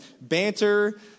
Banter